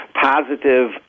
positive